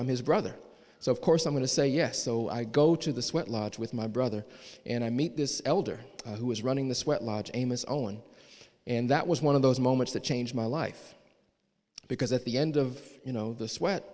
on his brother so of course i'm going to say yes so i go to the sweat lodge with my brother and i meet this elder who is running the sweat lodge amos own and that was one of those moments that changed my life because at the end of you know the sweat